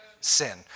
sin